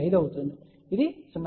5 అవుతుంది ఇది 0